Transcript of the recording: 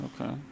okay